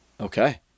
Okay